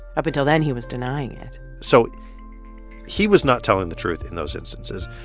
up until then, he was denying it so he was not telling the truth in those instances.